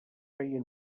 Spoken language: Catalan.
feien